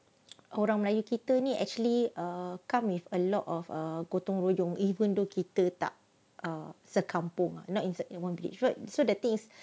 orang melayu kita ni actually err come with a lot of err gotong royong even though kita tak sekampung lah not inside you won't believe right so the thing is